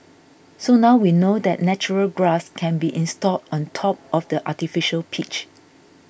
so now we know that natural grass can be installed on top of the artificial pitch